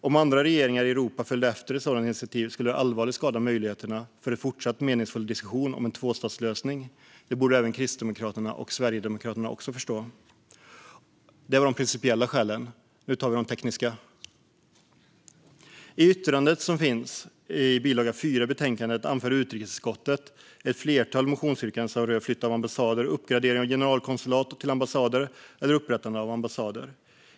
Om andra regeringar i Europa följde efter ett sådant initiativ skulle det allvarligt skada möjligheterna för en fortsatt meningsfull diskussion om en tvåstatslösning. Detta borde även Kristdemokraterna och Sverigedemokraterna förstå. Det var de principiella skälen. Nu tar vi de tekniska. I yttrandet, som finns i bil. 4 i betänkandet, anför utrikesutskottet att ett flertal motionsyrkanden rör flytt av ambassader, uppgradering av generalkonsulat till ambassader eller upprättande av ambassader.